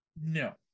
no